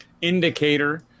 indicator